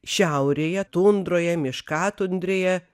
šiaurėje tundroje miškatundrėje